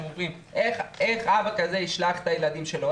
איך אבא כזה ישלח את הילדים שלו?